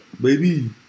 baby